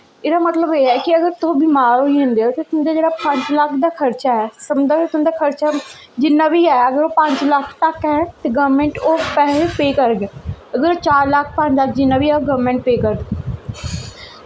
एह्दा मतलब एह् ऐ कि अगर तुस बमार होई जंदे ओ ते पंज लक्ख दा तुं'दा खर्चा ऐ समझो कि तुं'दा खर्चा जिन्ना बी ऐ अगर ओह् पंज लक्ख तक ऐ गौरमैंट ओह् पैसे पेऽ करदी चार लक्ख पंज लक्ख जिन्ना बी ऐ ओह् गौरमैंट पे करदी